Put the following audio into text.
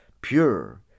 pure